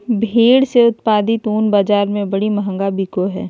भेड़ से उत्पादित ऊन बाज़ार में बड़ी महंगा बिको हइ